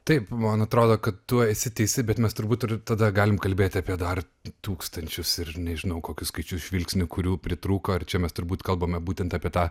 taip man atrodo kad tu esi teisi bet mes turbūt ir tada galim kalbėti apie dar tūkstančius ir nežinau kokius skaičius žvilgsnių kurių pritrūko ar čia mes turbūt kalbame būtent apie tą